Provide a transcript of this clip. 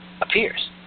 appears